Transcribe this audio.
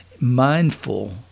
mindful